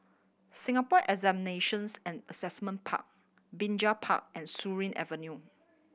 Singapore Examinations and Assessment Park Binjai Park and Surin Avenue